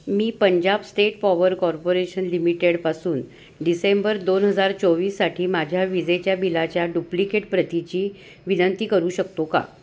मी Punjab state power corporation लिमिटेडपासून December दोन हजार चोवीससाठी माझ्या विजेच्या बिलाच्या डुप्लिकेट प्रतीची विनंती करू शकतो का